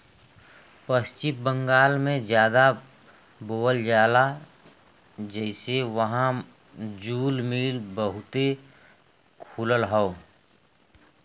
पश्चिम बंगाल में जादा बोवल जाला जेसे वहां जूल मिल बहुते खुलल हौ